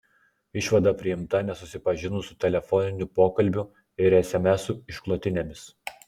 išvada priimta nesusipažinus su telefoninių pokalbių ir esemesų išklotinėmis